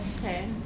Okay